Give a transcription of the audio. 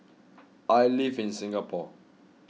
I live in Singapore